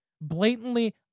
blatantly